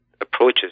approaches